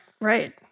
right